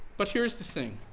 but here's the thing.